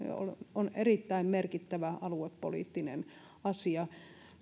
on erittäin merkittävä aluepoliittinen asia